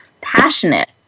passionate